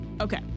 Okay